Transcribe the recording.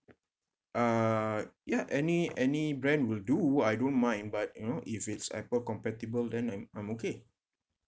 uh ya any any brand will do I don't mind but you know if it's apple compatible then I'm I'm okay